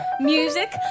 Music